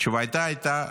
תשובתה הייתה: